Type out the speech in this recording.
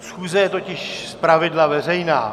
Schůze je totiž zpravidla veřejná.